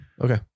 okay